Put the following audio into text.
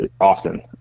often